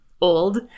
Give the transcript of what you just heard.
Old